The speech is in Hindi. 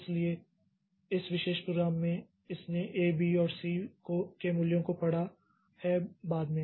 इसलिए इस विशेष प्रोग्राम में इसने ए बी और सीa b and c के मूल्यों को पढ़ा है बाद में